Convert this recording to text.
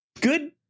good